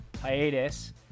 hiatus